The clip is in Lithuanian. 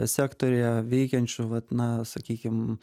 sektoriuje veikiančių vat na sakykim